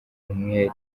umwere